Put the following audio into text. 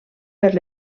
per